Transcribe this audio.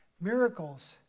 Miracles